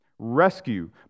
Rescue